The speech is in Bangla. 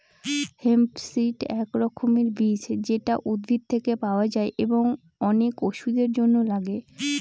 হেম্প সিড এক রকমের বীজ যেটা উদ্ভিদ থেকে পাওয়া যায় এবং অনেক ওষুধের জন্য লাগে